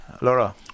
Laura